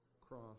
cross